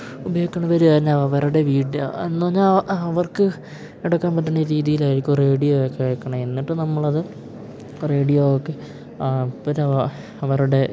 ഉപയോഗിക്കുന്നവർ തന്നെ അവരുടെ വീട് എന്നു പറഞ്ഞാൽ അവർക്ക് എട്ക്കാൻ പറ്റുന്ന രീതിയിലായിരിക്കും റേഡിയോ ഒക്കെ വെക്കണേ എന്നിട്ട് നമ്മളത് റേഡിയോക്കെ ഇപ്പര അവരുടെ